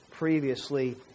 previously